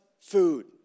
food